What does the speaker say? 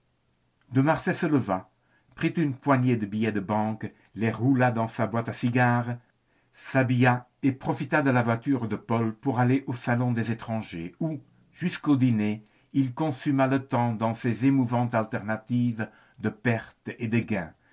de marsay se leva prit une poignée de billets de banque les roula dans sa boîte à cigares s'habilla et profita de la voiture de paul pour aller au salon des étrangers où jusqu'au dîner il consuma le temps dans ces émouvantes alternatives de perte et de